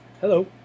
Hello